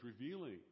revealing